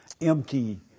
empty